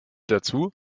dazu